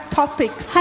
topics